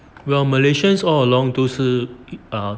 well malaysians all along 都是 ah